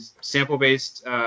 sample-based